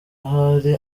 ahari